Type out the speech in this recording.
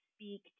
speak